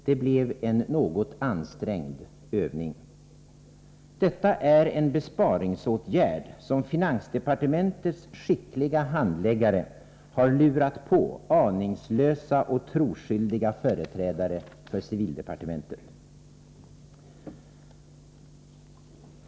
Det blev en något ansträngd övning. Detta är en besparingsåtgärd, som finansdepartementets skickliga handläggare har lurat på aningslösa och troskyldiga företrädare för civildepartementet.